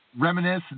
Reminisce